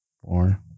four